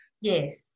Yes